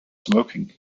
smoking